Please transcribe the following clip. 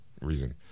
reason